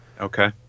okay